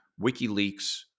WikiLeaks